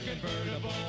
convertible